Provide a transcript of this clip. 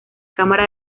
cámara